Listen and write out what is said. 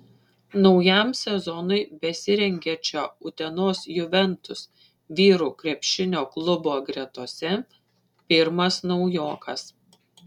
naujam sezonui besirengiančio utenos juventus vyrų krepšinio klubo gretose pirmas naujokas